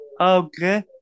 Okay